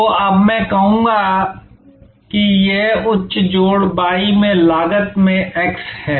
तो अब मैं कहूंगा कि यह उच्च जोड़ y में लागत में x है